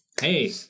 Hey